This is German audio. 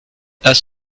das